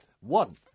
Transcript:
One